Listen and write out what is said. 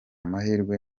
mahirwe